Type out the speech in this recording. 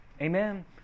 Amen